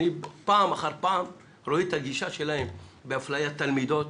אני פעם אחר פעם רואה את הגישה שלהם באפליית תלמידות,